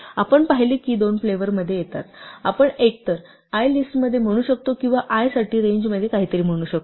आपण पाहिले की 2 फ्लेवर मध्ये येतात आपण एकतर i लिस्ट मध्ये म्हणू शकतो किंवा i साठी रेंजमध्ये काहीतरी म्हणू शकतो